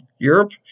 Europe